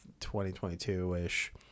2022-ish